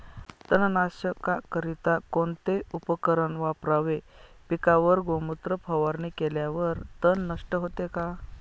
तणनाशकाकरिता कोणते उपकरण वापरावे? पिकावर गोमूत्र फवारणी केल्यावर तण नष्ट होते का?